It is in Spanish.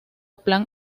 plan